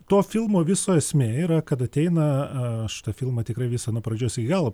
to filmo viso esmė yra kad ateina aš tą filmą tikrai visą nuo pradžios iki galo